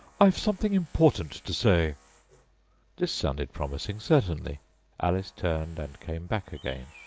i've something important to say this sounded promising, certainly alice turned and came back again.